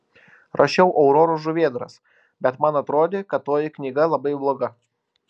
rašiau auroros žuvėdras bet man atrodė kad toji knyga labai bloga